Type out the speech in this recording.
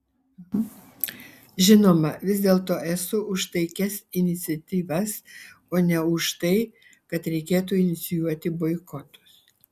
žinoma vis dėlto esu už taikias iniciatyvas o ne už tai kad reikėtų inicijuoti boikotus